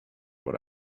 what